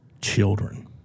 children